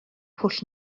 pwll